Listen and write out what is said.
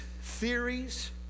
theories